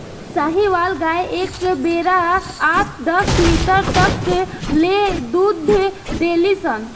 साहीवाल गाय एक बेरा आठ दस लीटर तक ले दूध देली सन